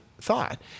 thought